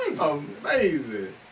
amazing